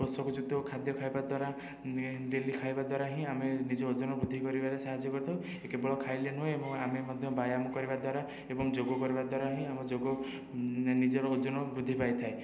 ପୋଷକଯୁକ୍ତ ଖାଦ୍ୟ ଖାଇବା ଦ୍ୱାରା ଡେଲି ଖାଇବା ଦ୍ୱାରା ହିଁ ଆମେ ନିଜ ଓଜନ ବୃଦ୍ଧି କରିବାରେ ସାହାଯ୍ୟ କରିଥାଉ କେବଳ ଖାଇଲେ ନୁହେଁ ଏବଂ ଆମେ ମଧ୍ୟ ବ୍ୟାୟାମ କରିବା ଦ୍ୱାରା ଏବଂ ଯୋଗ କରିବା ଦ୍ୱାରା ହିଁ ଆମ ଯୋଗ ନିଜର ଓଜନ ବୃଦ୍ଧି ପାଇଥାଏ